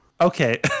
Okay